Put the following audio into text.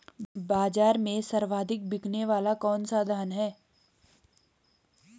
बाज़ार में सर्वाधिक बिकने वाला कौनसा धान है?